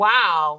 Wow